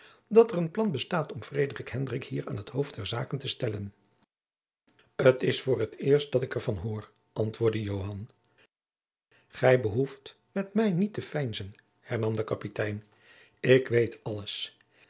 dat er een plan bestaat om frederik hendrik hier aan t hoofd der zaken te stellen t is voor t eerst dat ik er van hoor antwoordde joan gij behoeft met mij niet te veinzen hernam de kapitein ik weet alles